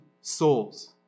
souls